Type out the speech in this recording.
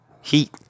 heat